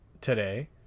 today